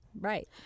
Right